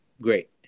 Great